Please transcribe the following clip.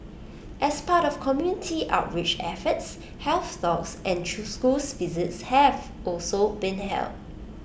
as part of community outreach efforts health thoughts and true schools visits have also been held